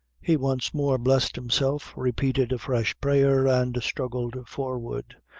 he once more blessed himself, repeated a fresh prayer, and struggled forward,